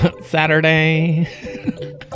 Saturday